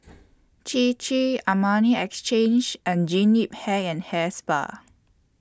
Chir Chir Armani Exchange and Jean Yip Hair and Hair Spa